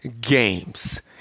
games